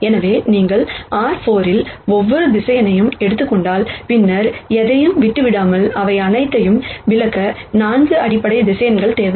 எனவே நீங்கள் R 4 இல் ஒவ்வொரு வெக்டர்ஸ் எடுத்துக் கொண்டால் பின்னர் எதையும் விட்டுவிடாமல் அவை அனைத்தையும் விளக்க 4 அடிப்படை வெக்டர்ஸ் தேவை